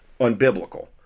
unbiblical